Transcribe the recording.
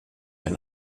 ein